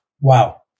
wow